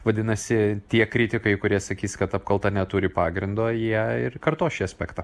vadinasi tie kritikai kurie sakys kad apkalta neturi pagrindo jie ir kartos šį aspektą